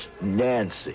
Nancy